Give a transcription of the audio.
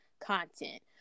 content